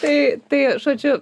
tai tai žodžiu